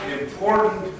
important